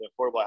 affordable